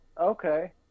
okay